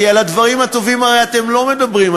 כי על הדברים הטובים אתם הרי לא מדברים,